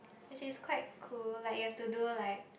which is quite cool like you have to do like